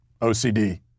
OCD